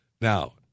Now